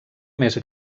més